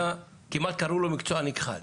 כמעט קראו לו מקצוע נכחד.